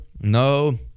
no